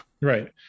Right